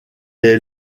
est